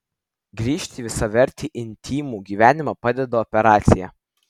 grįžti į visavertį intymų gyvenimą padeda operacija